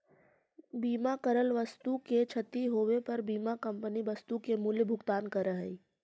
बीमा करल वस्तु के क्षती होवे पर बीमा कंपनी वस्तु के मूल्य भुगतान करऽ हई